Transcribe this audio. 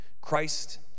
Christ